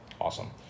awesome